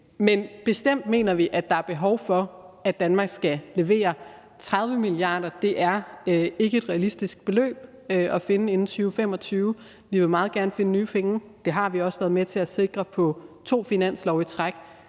mener bestemt, at der er behov for, at Danmark skal levere. 30 mia. kr. er ikke et realistisk beløb at finde inden 2025. Vi vil meget gerne finde nye penge; det har vi også været med til at sikre på to finanslove i træk.